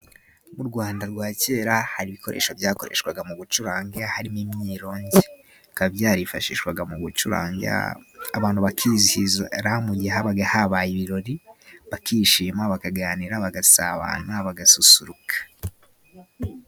Mu rwanda rwa kera hari ibikoresho byakoreshwaga mu gucuranga, harimo imyirongi. Bikaba byarifashishwaga mu gucuranga abantu bakizihira, mu gihe habaga habaye ibirori, bakishima, bakaganira, bagasabana, bagasusuruka.